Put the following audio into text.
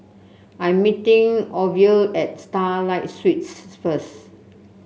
I'm meeting Orvil at Starlight Suites first